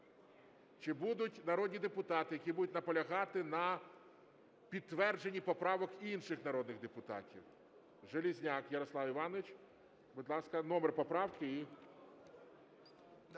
Чи будуть народні депутати, які будуть наполягати на підтвердженні поправок інших народних депутатів? Железняк Ярослав Іванович, будь ласка, номер поправки і